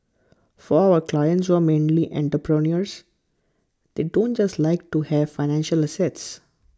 for our clients who are mainly entrepreneurs they don't just like to have financial assets